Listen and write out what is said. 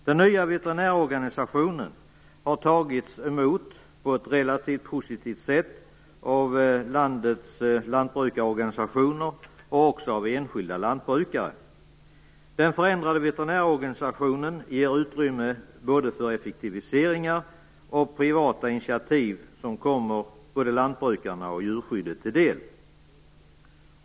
Den nya veterinärorganisationen har tagits emot på ett relativt positivt sätt av landets lantbrukarorganisationer, och också av enskilda lantbrukare. Den förändrade veterinärorganisationen ger utrymme för både effektiviseringar och privata initiativ som kommer både lantbrukarna och djurskyddet till del.